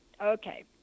Okay